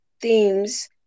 themes